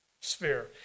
sphere